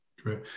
great